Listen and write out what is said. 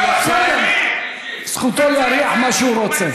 אתה מריח בחירות?